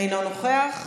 אינו נוכח,